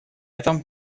этом